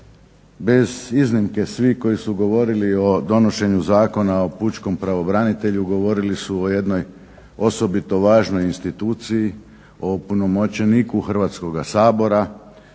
bez iznimke svi koji su govorili o donošenju Zakona o pučkom pravobranitelju govorili su o jednoj osobito važnoj instituciji, o opunomoćeniku Hrvatskoga sabora,